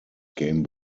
game